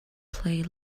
play